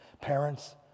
Parents